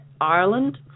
Ireland